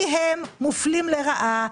כי הם מופלים לרעה,